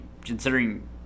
considering